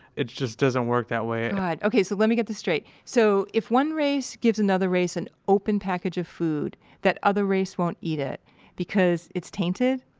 just doesn't work that way god. ok, so let me get this straight. so, if one race give another race an open package of food, that other race won't eat it because it's tainted?